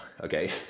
Okay